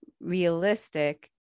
realistic